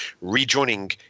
rejoining